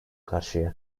karşıya